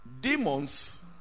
Demons